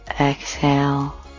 exhale